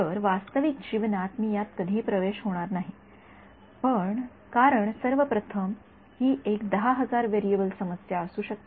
तर वास्तविक जीवनात मी यात कधीही प्रवेश होणार नाही कारण सर्व प्रथम ही एक १0000 व्हेरिएबल समस्या असू शकते